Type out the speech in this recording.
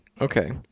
Okay